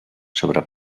sobre